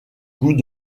goût